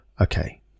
okay